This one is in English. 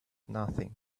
nothing